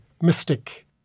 mystic